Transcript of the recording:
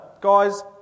guys